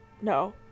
No